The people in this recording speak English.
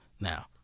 Now